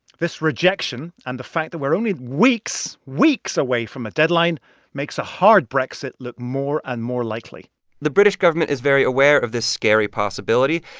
this rejection and the fact that we're only weeks weeks away from a deadline makes a hard brexit look more and more likely the british government is very aware of this scary possibility,